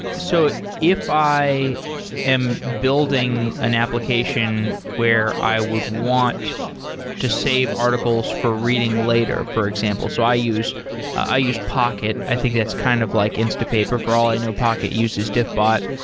so if i am building an application where i would want to save articles for reading later, for example. so i use i use pocket. i think that's kind of like instapaper. for all i know, pocket uses diffbot.